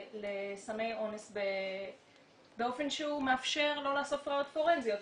לסמי אונס באופן שהוא מאפשר לא לאסוף ראיות פורנזיות.